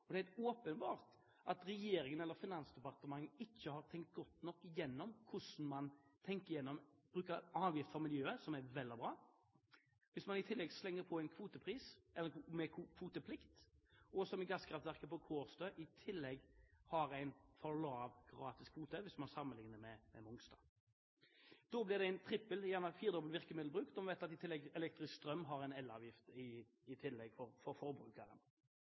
spørsmål. Det er helt åpenbart at Finansdepartementet ikke har tenkt godt nok igjennom hvordan man bruker avgifter for miljøet – som er vel og bra – hvis man i tillegg slenger på en kvotepris med kvoteplikt og som ved gasskraftverket på Kårstø i tillegg har en for lav gratis kvote, hvis man sammenlikner med Mongstad. Da blir det en trippel og gjerne firedobbel virkemiddelbruk, når vi vet at elektrisk strøm har en elavgift i tillegg for forbrukeren.